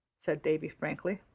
said davy frankly.